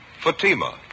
Fatima